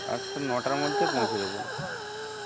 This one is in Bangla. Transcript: আচ্ছা নটার মধ্যে পৌঁছে দেবো